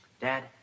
dad